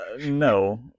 No